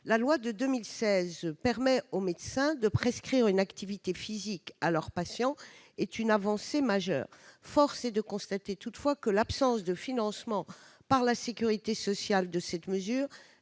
La loi de 2016 qui permet aux médecins de prescrire une activité physique à leurs patients est une avancée majeure. Force est de constater, toutefois, que l'absence de financement de cette mesure